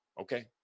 okay